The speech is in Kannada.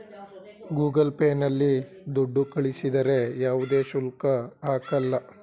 ಗೂಗಲ್ ಪೇ ನಲ್ಲಿ ದುಡ್ಡು ಕಳಿಸಿದರೆ ಯಾವುದೇ ಶುಲ್ಕ ಹಾಕಲ್ಲ